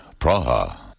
Praha